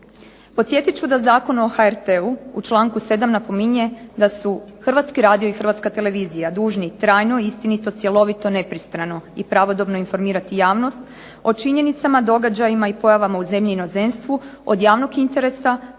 Podsjetit ću da Zakon o HRT-u u članku 7. napominje da su Hrvatski radio i Hrvatska televizija dužni trajno i istinito, cjelovito, nepristrano i pravodobno informirati javnost o činjenicama, događajima i pojavama u zemlji i inozemstvu od javnog interesa